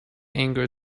anger